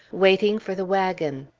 waiting for the wagon,